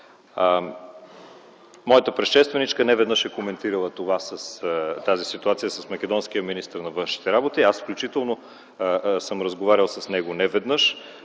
Моята предшественичка неведнъж е коментирала тази ситуация с македонския министър на външните работи. Аз включително съм разговарял с него неведнъж,